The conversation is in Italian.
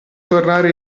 tornare